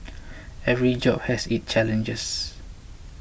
every job has its challenges